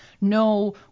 no